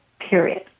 period